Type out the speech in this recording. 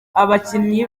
abakinnyi